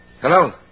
Hello